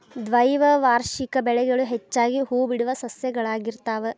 ದ್ವೈವಾರ್ಷಿಕ ಬೆಳೆಗಳು ಹೆಚ್ಚಾಗಿ ಹೂಬಿಡುವ ಸಸ್ಯಗಳಾಗಿರ್ತಾವ